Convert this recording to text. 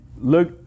look